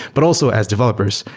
but also as developers,